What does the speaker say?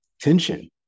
tension